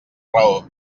raó